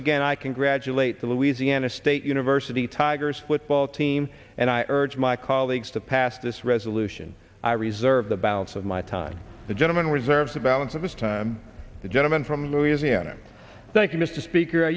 again i congratulate the louisiana state university tigers football team and i urge my colleagues to pass this resolution i reserve the balance of my time the gentleman reserves of alex at this time the gentleman from louisiana thank you mr speaker